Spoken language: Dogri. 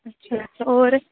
अच्छा अच्छा होर